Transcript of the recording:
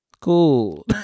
Cool